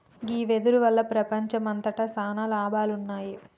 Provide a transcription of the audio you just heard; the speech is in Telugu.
గీ వెదురు వల్ల ప్రపంచంమంతట సాన లాభాలున్నాయి